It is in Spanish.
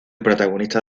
protagonista